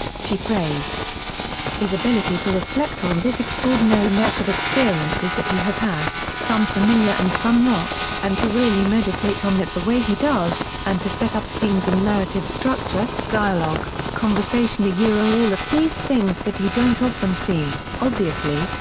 she praised his ability to reflect on this extraordinary mesh of experiences that he has had, some familiar and some not, and to really meditate on that the way he does, and to set up scenes in narrative structure, dialogue, conversation all of these things that you don't often see, obviously,